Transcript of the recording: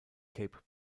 cape